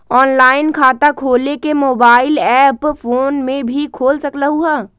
Online खाता खोले के मोबाइल ऐप फोन में भी खोल सकलहु ह?